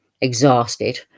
exhausted